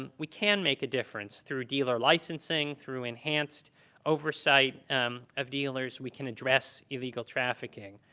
um we can make a difference. through dealer licensing, through enhanced oversight of dealers, we can address illegal trafficking.